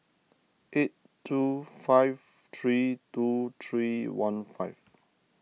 eight two five three two three one five